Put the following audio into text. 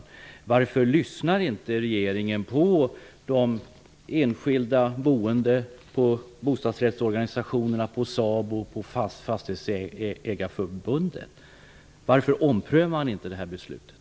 Varför lyssnar inte regeringen på de enskilda boende, på bostadsrättsorganisationerna, på SABO och på Fastighetsägareförbundet? Varför omprövar man inte detta beslut?